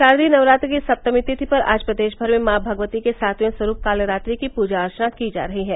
शारदीय नवरात्र की सप्तमी तिथि पर आज प्रदेश भर में माँ भगवती के सातवें स्वरूप कालरात्रि की पूजा अर्चना की जा रही है